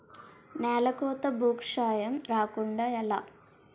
నేలకోత భూక్షయం రాకుండ ఎలా?